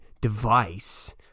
device